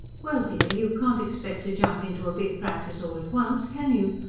well, dear, you can't expect to jump into a big practice all at once, can you?